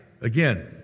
Again